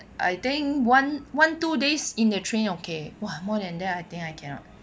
I think one one two days in the train okay !wah! more than that I think I cannot